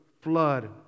flood